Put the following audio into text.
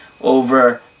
over